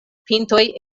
pintoj